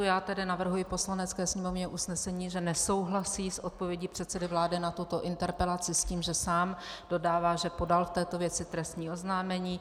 Já tedy navrhuji Poslanecké sněmovně usnesení, že nesouhlasí s odpovědí předsedy vlády na tuto interpelaci s tím, že sám dodává, že podal v této věci trestní oznámení.